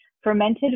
Fermented